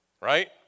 right